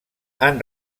han